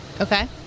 Okay